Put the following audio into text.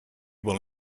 will